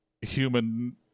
human